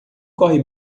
corre